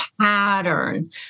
pattern